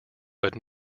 but